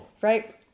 Right